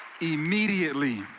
immediately